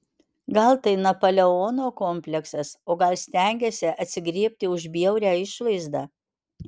gal tai napoleono kompleksas o gal stengiasi atsigriebti už bjaurią išvaizdą